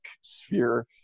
sphere